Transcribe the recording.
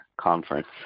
conference